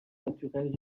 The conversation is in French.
naturel